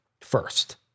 first